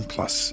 Plus